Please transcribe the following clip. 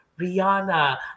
Rihanna